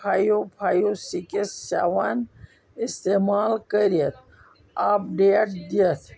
five five six seven اِستعمال کٔرِتھ update دِتھ